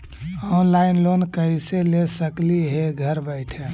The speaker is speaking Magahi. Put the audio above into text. ऑनलाइन लोन कैसे ले सकली हे घर बैठे?